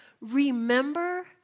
Remember